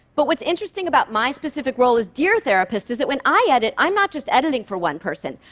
but what's interesting about my specific role as dear therapist is that when i edit, i'm not just editing for one person.